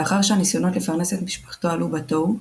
לאחר שהניסיונות לפרנס את משפחתו עלו בתוהו,